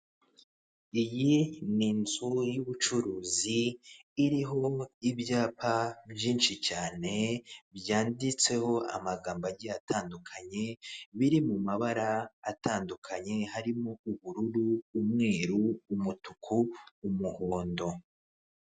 Iyi ni inzu y'ubucuruzi iriho ibyapa byinshi cyane, byanditseho amagambo agiye atandukanye, biri mu amabara atandukanye harimo : ubururu, umweru, umutuku, umuhondo